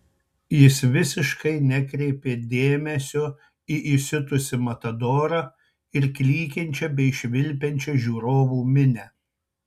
jis visiškai nekreipė dėmesio į įsiutusį matadorą ir klykiančią bei švilpiančią žiūrovų minią